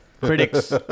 Critics